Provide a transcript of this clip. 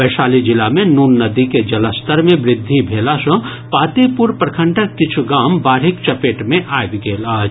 वैशाली जिला मे नून नदी के जलस्तर मे वृद्धि भेला सँ पातेपुर प्रखंडक किछु गाम बाढ़िक चपेट मे आबि गेल अछि